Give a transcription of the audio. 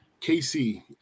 KC